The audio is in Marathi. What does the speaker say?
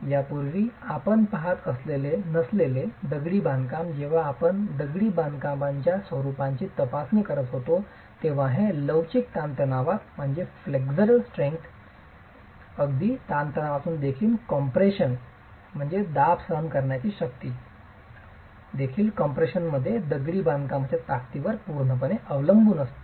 यापूर्वी आपण पहात नसलेले दगडी बांधकाम जेव्हा आपण दगडी बांधकामच्या स्वरूपाची तपासणी करीत होतो तेव्हा हे लवचिक ताणतणावात अगदी तणावातून देखील कम्प्रेशनमध्ये दगडी बांधकामाच्या ताकदीवर पूर्णपणे अवलंबून असते